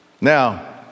Now